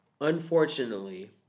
Unfortunately